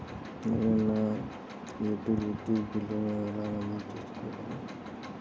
నేను నా యుటిలిటీ బిల్లులను ఎలా నమోదు చేసుకోగలను?